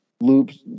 loops